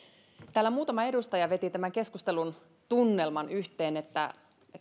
täällä muutama edustaja veti tämän keskustelun tunnelman yhteen että